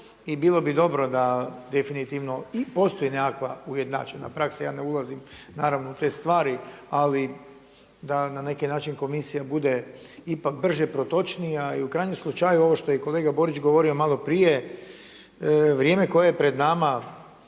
i bilo bi dobro da definitivno i postoji nekakva ujednačena praksa. Ja ne ulazim naravno u te stvari, ali da na neki način komisija bude ipak brže protočnija i u krajnjem slučaju ovo što je kolega Borić govorio maloprije vrijeme koje je pred nama